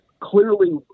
clearly